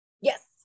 Yes